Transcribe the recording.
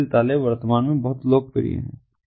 digital ताले वर्तमान में बहुत लोकप्रिय हैं